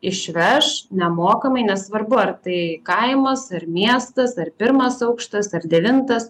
išveš nemokamai nesvarbu ar tai kaimas ar miestas ar pirmas aukštas ar devintas